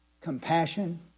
compassion